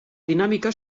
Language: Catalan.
dinàmica